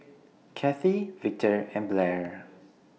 Kathie Victor and Blair